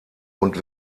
und